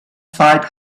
fight